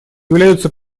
являются